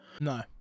No